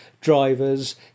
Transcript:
drivers